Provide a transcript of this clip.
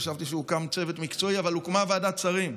חשבתי שהוקם צוות מקצועי, אבל הוקמה ועדת שרים.